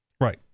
Right